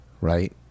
right